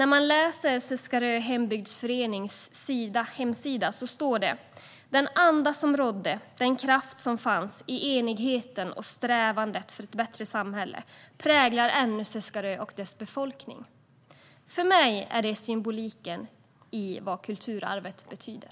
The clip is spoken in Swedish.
På Seskarö hembygdsförenings hemsida står det: "Den anda som rådde, den kraft som fanns i enigheten och strävandet för ett bättre samhälle, präglar ännu något Seskarö och dess befolkning." För mig är detta symboliken i vad kulturarvet betyder.